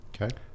okay